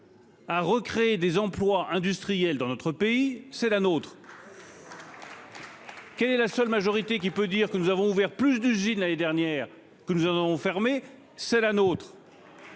à recréer des emplois industriels dans notre pays, c'est la nôtre. Quelle est la seule majorité qui peut dire que nous avons ouvert plus d'usine l'année dernière, que nous avons fermé, c'est la nôtre,